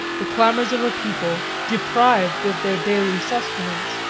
the clamors of a people, deprived of their daily sustenance,